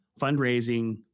Fundraising